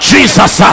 Jesus